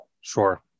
Sure